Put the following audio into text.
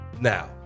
Now